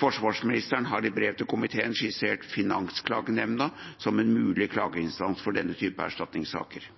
Forsvarsministeren har i brev til komiteen skissert Finansklagenemnda som en mulig klageinstans for denne type erstatningssaker.